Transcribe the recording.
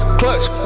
clutch